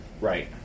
Right